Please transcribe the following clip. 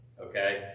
okay